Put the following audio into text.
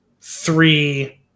three